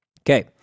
Okay